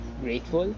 Grateful